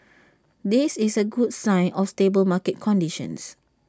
this is A good sign of stable market conditions